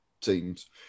teams